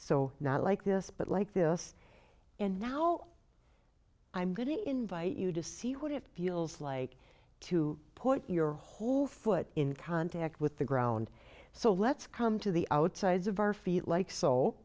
so not like this but like this and now i'm going to invite you to see what it feels like to put your whole foot in contact with the ground so let's come to the outsides of our feet like so